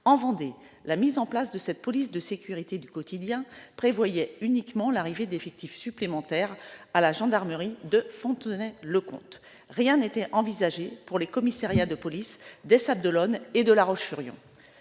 En Vendée, la mise en place de cette police de sécurité du quotidien devait conduire à l'arrivée d'effectifs supplémentaires à la gendarmerie de Fontenay-le-Comte, mais rien n'était envisagé pour les commissariats de police des Sables-d'Olonne et de La Roche-sur-Yon.